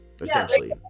Essentially